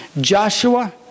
Joshua